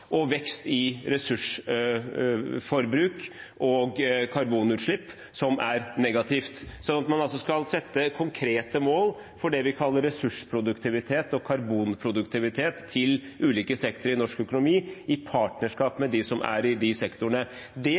og vekst i ressursforbruk og karbonutslipp, som er negativt. Så man skal sette konkrete mål for det vi kaller ressursproduktivitet og karbonproduktivitet til ulike sektorer i norsk økonomi, i partnerskap med dem som er i de sektorene. Det